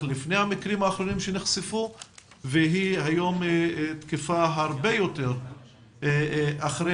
כשנתיים והיום אנחנו בישיבת מעקב אחרי